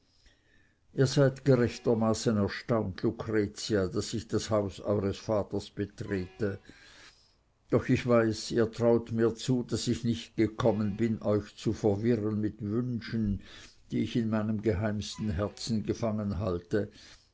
ihr seid gerechtermaßen erstaunt lucretia daß ich das haus eures vaters betrete doch ich weiß ihr traut mir zu daß ich nicht gekommen bin euch zu verwirren mit wünschen die ich in meinem geheimsten herzen